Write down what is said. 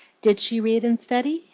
did she read and study?